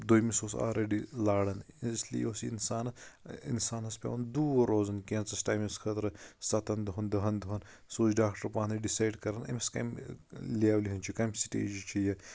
دٔیمِس اوس اولریڈی لاران اس لیے اوس یہِ اِنسانس پیوان دوٗر روزُن کینٚژَھس ٹایمَس خٲطرٕ سَتن دۄہَن دہَن دۄہَن سُہ اوس ڈاکٹر پانے ڈِسیڑ کران أمِس کَمہِ لیولہِ ہںٛد چھُ کَمہِ سِٹیجُک چھُ یہِ